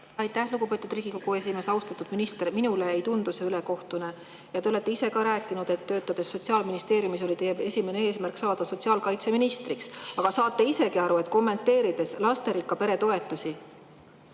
Aitäh, lugupeetud Riigikogu esimees! Austatud minister! Minule ei tundu see ülekohtune. Ja te olete ise ka rääkinud, et töötades Sotsiaalministeeriumis oli teie esimene eesmärk saada sotsiaalkaitseministriks. Aga saate isegi aru, et kommenteerides lasterikka pere toetusi